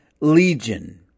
Legion